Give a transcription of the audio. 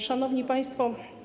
Szanowni Państwo!